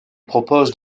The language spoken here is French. propose